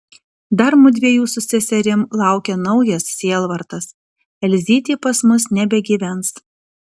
dar mudviejų su seserim laukia naujas sielvartas elzytė pas mus nebegyvens